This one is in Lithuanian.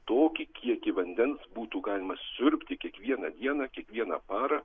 tokį kiekį vandens būtų galima siurbti kiekvieną dieną kiekvieną parą